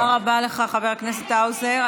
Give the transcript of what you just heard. תודה רבה לך, חבר הכנסת האוזר.